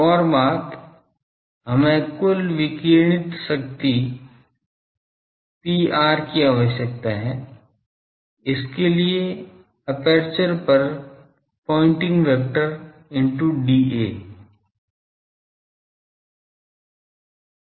एक और बात हमें कुल विकिरणित बिजली Pr की आवश्यकता है इसके लिए एपर्चर पर पॉइंटिंग वेक्टर into dA